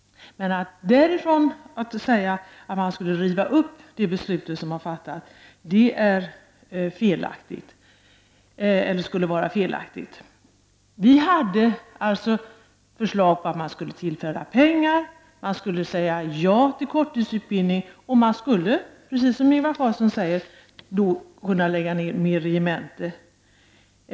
Däremot anser vi att det skulle vara fel att riva upp det fattade beslutet. Vårt förslag var att tillföra pengar och säga ja till korttidsutbildning. Därmed skulle man, precis som Ingvar Karlsson säger, kunna lägga ned fler regementen.